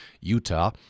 Utah